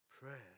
prayer